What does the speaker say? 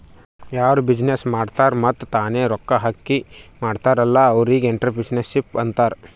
ಯಾರು ಬಿಸಿನ್ನೆಸ್ ಮಾಡ್ತಾರ್ ಮತ್ತ ತಾನೇ ರೊಕ್ಕಾ ಹಾಕಿ ಮಾಡ್ತಾರ್ ಅಲ್ಲಾ ಅವ್ರಿಗ್ ಎಂಟ್ರರ್ಪ್ರಿನರ್ಶಿಪ್ ಅಂತಾರ್